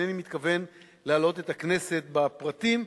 ואינני מתכוון להלאות את הכנסת בפרטים,